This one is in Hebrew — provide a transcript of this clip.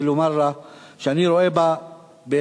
ולומר לה שאני רואה בה באמת